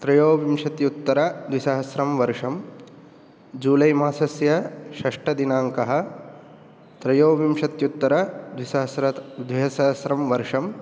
त्रयोविंशत्युत्तरद्विसहस्रं वर्षं जुलै मासस्य षष्टदिनाङ्कः त्रयोविंशत्युत्तरद्विसहस्र द्विसहस्रं वर्षं